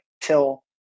till